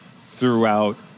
throughout